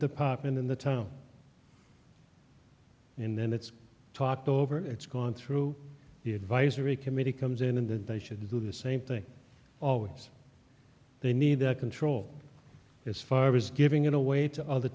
department in the town and then it's talked over it's gone through the advisory committee comes in that they should do the same thing always they need that control as far as giving it away to other